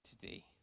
today